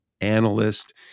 analyst